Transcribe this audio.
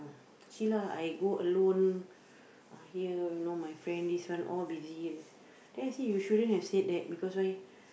Shila I go alone uh here you know my friend this one all busy then I said you shouldn't have said that because why